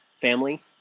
family